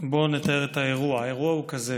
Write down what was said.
בוא נתאר את האירוע, האירוע הוא כזה: